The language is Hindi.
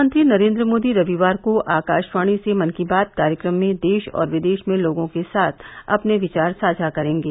प्रधानमंत्री नरेन्द्र मोदी रविवार को आकाशवाणी से मन की बात कार्यक्रम में देश और विदेश में लोगों के साथ अपने विचार साझा करेंगे